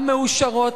המאושרות,